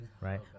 right